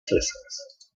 frescas